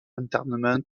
entertainment